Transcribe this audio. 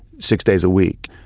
six days a week?